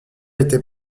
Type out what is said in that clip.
était